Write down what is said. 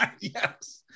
Yes